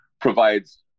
provides